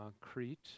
Crete